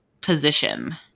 position